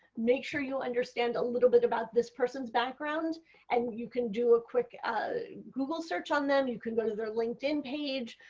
make sure you understand a little bit about this person's background and you can do a quick google search on them, you can go to their linkedin page.